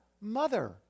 mother